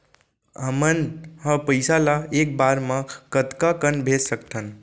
हमन ह पइसा ला एक बार मा कतका कन भेज सकथन?